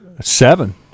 seven